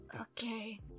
Okay